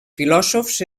filòsofs